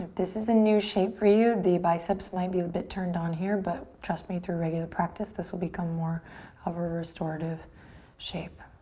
this is a new shape for you, the biceps might be a bit turned on here, but trust me, through regular practice this will become more of a restorative shape.